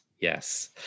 yes